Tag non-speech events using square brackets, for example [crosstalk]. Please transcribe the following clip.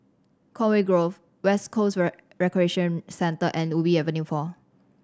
Conway Grove West Coast [unintelligible] Recreation Centre and Ubi Avenue Four